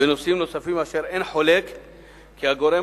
ונושאים נוספים אשר אין חולק כי הגורם